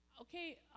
Okay